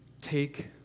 take